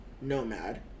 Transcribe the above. nomad